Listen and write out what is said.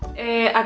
a